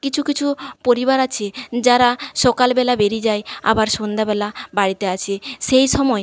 কিছু কিছু পরিবার আছে যারা সকালবেলা বেরিয়ে যায় আবার সন্ধ্যাবেলা বাড়িতে আসে সেই সময়